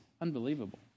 unbelievable